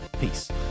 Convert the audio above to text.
Peace